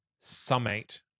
summate